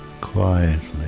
quietly